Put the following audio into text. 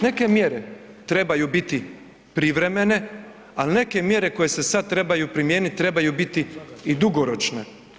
Neke mjere trebaju biti privremene, al neke mjere koje se sada trebaju primijeniti trebaju biti i dugoročne.